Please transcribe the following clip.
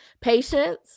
patience